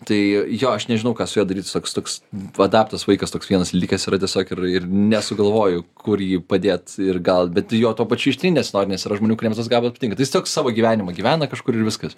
tai jo aš nežinau ką su juo daryt soks toks vadaptas vaikas toks vienas likęs yra tiesiog ir ir nesugalvoju kur jį padėt ir gal bet juo tuo pačiu ištrint nesinori nes yra žmonių kuriems tas gabalas patinka tai jis toks savo gyvenimą gyvena kažkur ir viskas